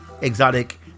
exotic